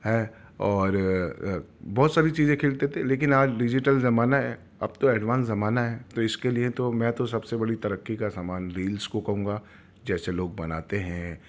ہیں اور بہت ساری چیزیں کھیلتے تھے لیکن آج ڈیجیٹل زمانہ ہے اب تو ایڈوانس زمانہ ہے تو اس کے لئے تو میں تو سب سے بڑی ترقی کا سامان ریلس کو کہوں گا جیسے لوگ بناتے ہیں